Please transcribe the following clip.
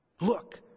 Look